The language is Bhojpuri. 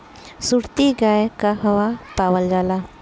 सुरती गाय कहवा पावल जाला?